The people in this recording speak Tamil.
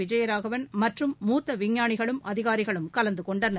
விஜயராகவன் மற்றம் முத்தவிஞ்ஞானிகளும் அதிகாரிரகளும் கலந்துகொண்டனர்